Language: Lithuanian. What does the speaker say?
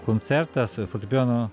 koncertas fortepijono